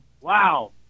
wow